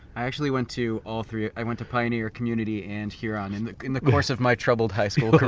i actually went to all three. i went to pioneer, community and huron in the in the course of my troubled high school,